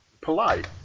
polite